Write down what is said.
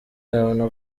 yabona